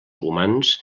humans